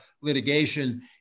litigation